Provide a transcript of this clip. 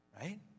Right